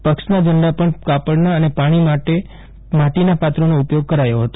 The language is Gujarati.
પક્ષના ઝંડા પણ કાપડના અને પાણી માટે માટીના પાત્રોનો ઉપયોગ કરાયો હતો